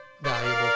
Valuable